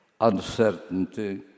uncertainty